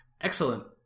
excellent